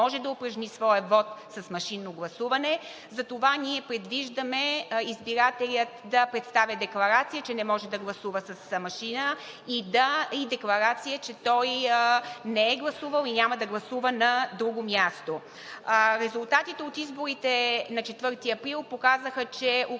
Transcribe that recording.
може да упражни своя вот с машинно гласуване. Затова ние предвиждаме избирателят да представя декларация, че не може да гласува с машина и декларация, че той не е гласувал и няма да гласува на друго място. Резултатите от изборите на 4 април показаха, че около